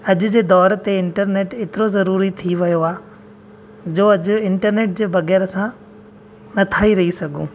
अॼु जे द़ौर ते इंटरनेट हेतिरो ज़रूरी थी वियो आहे जो अॼु इंटरनेट जे बग़ैर असां नथा रही सघूं